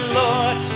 lord